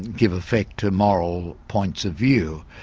give effect to moral points of view.